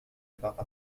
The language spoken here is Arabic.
فقط